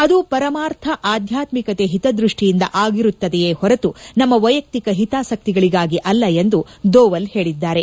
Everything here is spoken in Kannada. ಅದು ಪರಮಾರ್ಥ ಆಧ್ಯಾತ್ತಿಕತೆ ಹಿತದ್ಯಷ್ಷಿಯಿಂದ ಆಗಿರುತ್ತದೆಯೇ ಹೊರತು ನಮ್ಮ ವೈಯಕ್ತಿಕ ಹಿತಾಸಕ್ತಿಗಳಿಗಾಗಿ ಅಲ್ಲ ಎಂದು ದೋವಲ್ ಹೇಳಿದ್ದಾರೆ